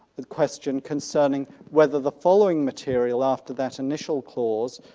the question concerning whether the following material after that initial clause,